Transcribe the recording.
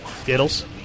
Skittles